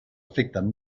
afecten